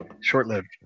short-lived